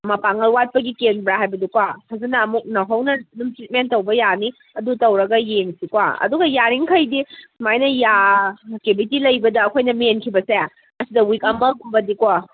ꯃꯄꯥꯡꯒꯜ ꯋꯥꯠꯄꯒꯤ ꯀꯦꯟꯕ꯭ꯔꯥ ꯍꯥꯏꯕꯗꯨꯀꯣ ꯐꯖꯅ ꯑꯃꯨꯛ ꯅꯧꯍꯧꯅꯅ ꯑꯗꯨꯝ ꯇ꯭ꯔꯤꯠꯃꯦꯟ ꯇꯧꯕ ꯌꯥꯅꯤ ꯑꯗꯨ ꯇꯧꯔꯒ ꯌꯦꯡꯁꯤꯀꯣ ꯑꯗꯨꯒ ꯌꯥꯔꯤ ꯃꯈꯩꯗꯤ ꯁꯨꯃꯥꯏꯅ ꯌꯥ ꯀꯦꯕꯤꯇꯤ ꯂꯩꯕꯗ ꯑꯩꯈꯣꯏꯅ ꯃꯦꯟꯈꯤꯕꯁꯦ ꯑꯁꯤꯗ ꯋꯤꯛ ꯑꯃꯒꯨꯝꯕꯗꯤꯀꯣ